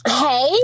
Hey